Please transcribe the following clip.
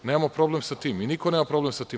Nemamo problem sa tim i niko nema problem sa tim.